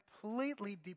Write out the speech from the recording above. completely